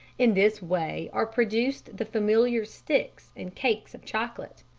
in this way are produced the familiar sticks and cakes of chocolate.